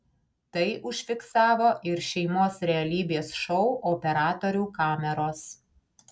tai užfiksavo ir šeimos realybės šou operatorių kameros